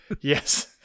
yes